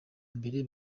mbere